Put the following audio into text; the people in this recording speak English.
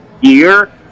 year